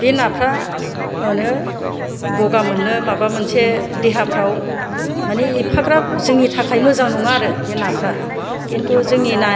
बे नाफोरा गगा मोनो माबा मोनसे देहाफोराव माने एफाग्राब जोंनि थाखाय मोजां नङा आरो बे नाफोरा किन्टु जोंनि ना